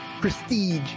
prestige